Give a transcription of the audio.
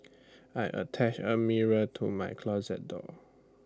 I attached A mirror to my closet door